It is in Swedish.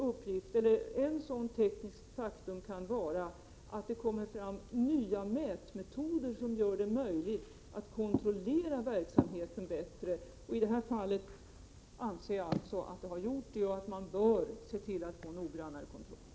Ett sådant tekniskt faktum kan vara att det kommer fram nya mätmetoder som gör det möjligt att kontrollera verksamheten bättre. I det här fallet anser jag alltså att det har gjort det och att man bör se till att få till stånd en noggrannare kontroll.